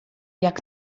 jak